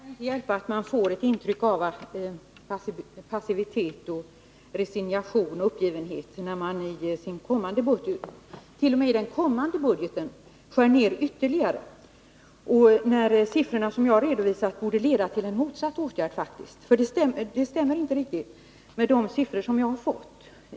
Herr talman! Jag kan inte hjälpa att jag får ett intryck av passivitet, resignation och uppgivenhet när regeringen i den kommande budgeten t.o.m. skär ner ytterligare. De siffror som jag har redovisat borde faktiskt ha lett till en åtgärd i motsatt riktning. Vad som nu skett ligger inte i linje med de siffror jag har fått.